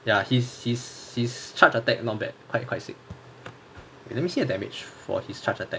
ya his his his charged attack not bad quite quite sick you let me see the damage for his charged attack